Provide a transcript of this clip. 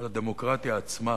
על הדמוקרטיה עצמה.